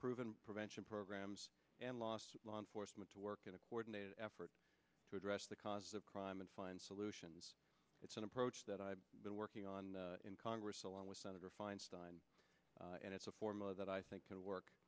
proven prevention programs and law enforcement to work in a coordinated effort to address the causes of crime and find solutions it's an approach that i've been working on in congress along with senator feinstein and it's a form of that i think c